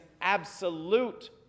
absolute